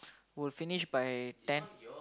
will finish by ten